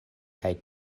kaj